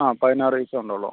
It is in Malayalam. ആ പതിനാറ് കഴിച്ച്